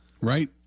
Right